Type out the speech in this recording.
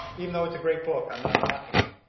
you know it's a great book, i'm not knocking it.